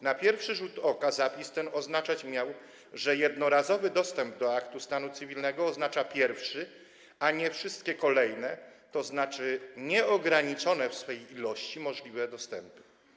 Na pierwszy rzut oka zapis ten miał oznaczać, że jednorazowy dostęp do aktu stanu cywilnego oznacza pierwszy dostęp, a nie wszystkie kolejne, tzn. nieograniczone w swej ilości możliwe dostępy.